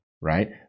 right